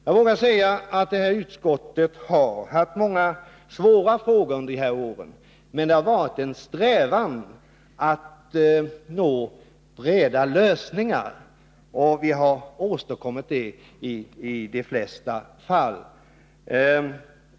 Jag vågar säga att detta utskott har haft många svåra frågor att behandla under dessa år, men det har varit en strävan att nå breda lösningar. Vi har också åstadkommit sådana i de flesta fall.